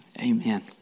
Amen